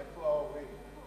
איפה ההורים?